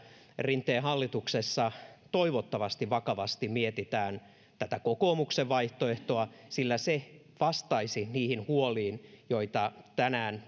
rinteen hallituksessa toivottavasti vakavasti mietitään tätä kokoomuksen vaihtoehtoa sillä se vastaisi niihin huoliin joita tänään